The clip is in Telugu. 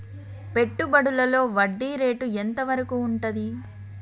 పెట్టుబడులలో వడ్డీ రేటు ఎంత వరకు ఉంటది?